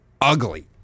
ugly